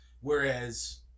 whereas